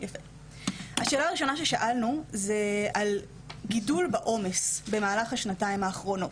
השאלה הראשונה ששאלנו היא על גידול בעומס ב-3 השנים האחרונות,